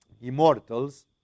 immortals